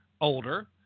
older